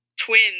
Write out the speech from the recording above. twins